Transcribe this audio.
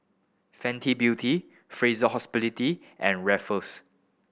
Fenty Beauty Fraser Hospitality and Ruffles